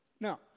Now